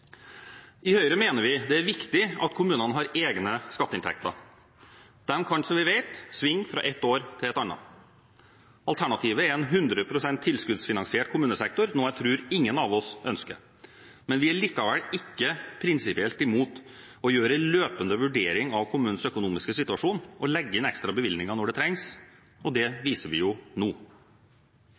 I Høyre mener vi det er viktig at kommunene har egne skatteinntekter – de kan, som vi vet, svinge fra et år til et annet. Alternativet er en hundre prosent tilskuddsfinansiert kommunesektor, noe jeg tror ingen av oss ønsker. Vi er likevel ikke prinsipielt imot å gjøre en løpende vurdering av kommunenes økonomiske situasjon og legge inn ekstra bevilgninger når det trengs. Det viser vi jo nå.